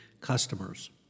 customers